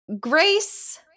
Grace